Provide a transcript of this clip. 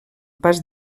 pas